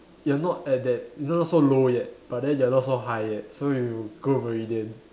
you're not at that you're not so low yet but then you're not so high yet so you go Meridian